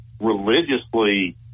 religiously